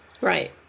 Right